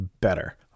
better